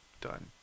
done